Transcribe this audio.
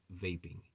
vaping